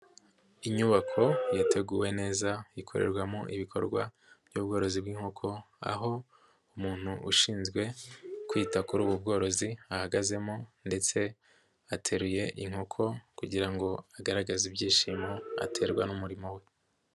Inyubako yateguwe neza ikorerwamo ibikorwa by'ubworozi bw'inkoko aho umuntu ushinzwe kwita kuri ubu bworozi ahagazemo ndetse ateruye inkoko kugira ngo agaragaze ibyishimo aterwa n'umurimo we.